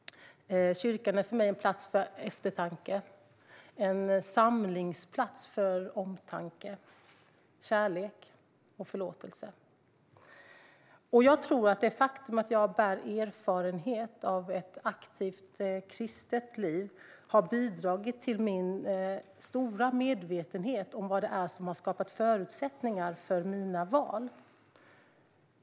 Kyrkan är för mig en plats för eftertanke - en samlingsplats för omtanke, kärlek och förlåtelse. Jag tror att det faktum att jag bär med mig erfarenhet av ett aktivt kristet liv har bidragit till min stora medvetenhet om vad det är som har skapat förutsättningar för mina val.